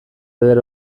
eder